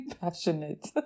passionate